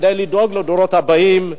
כדי לדאוג לדורות הבאים,